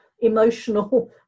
emotional